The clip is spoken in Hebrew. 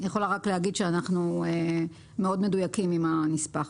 אני יכולה להגיד שאנחנו מאוד מדויקים עם הנספח.